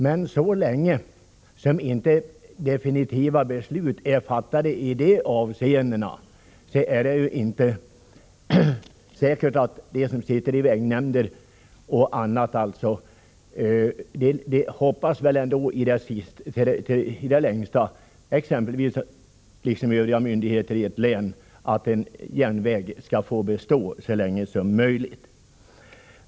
Men så länge som inte definitiva beslut är fattade i dessa avseenden hoppas väl de som sitter i vägnämnder och annat, liksom övriga myndigheter i ett län, i det längsta att en järnväg skall få bestå så länge som möjligt.